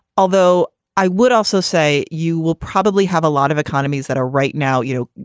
although i would also say you will probably have a lot of economies that are right now, you know,